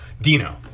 Dino